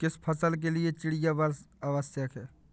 किस फसल के लिए चिड़िया वर्षा आवश्यक है?